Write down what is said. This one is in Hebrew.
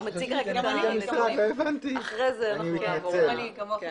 הבנתי, אני מתנצל.